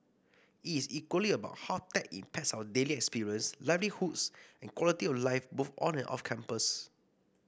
it is equally about how tech impacts our daily experience livelihoods and quality of life both on and off campus